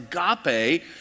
agape